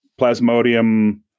plasmodium